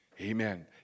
Amen